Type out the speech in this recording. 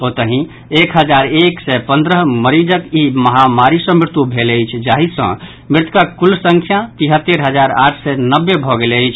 ओतहि एक हजार एक सय पंद्रह मरीजक ई महामारी सॅ मृत्यु भेल अछि जाहि सॅ मृतकक कुल संख्या तिहत्तरि हजार आठ सय नब्बे भऽ गेल अछि